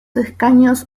escaños